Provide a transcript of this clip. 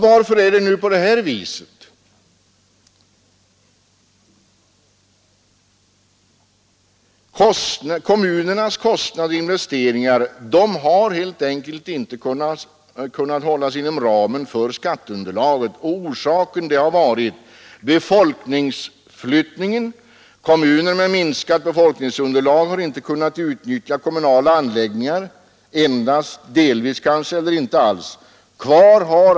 Varför är det nu på det här viset? Jo, kommunernas kostnader och investeringar har helt enkelt inte kunnat hållas inom ramen för skatteunderlaget, och orsaken har varit bl.a. befolkningsflyttningen. Kommuner med minskat befolkningsunderlag har endast delvis eller kanske inte alls kunnat utnyttja kommunala anläggningar.